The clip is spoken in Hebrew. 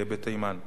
בתימן.